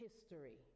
history